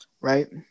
Right